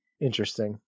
Interesting